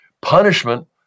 punishment